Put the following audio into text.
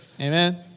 Amen